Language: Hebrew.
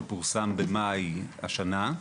שפורסם במאי השנה.